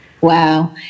Wow